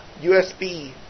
USB